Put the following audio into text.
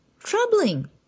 troubling